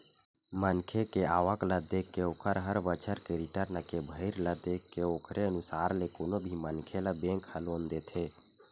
मनखे के आवक ल देखके ओखर हर बछर के रिर्टन के भरई ल देखके ओखरे अनुसार ले कोनो भी मनखे ल बेंक ह लोन देथे